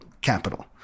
capital